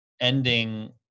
ending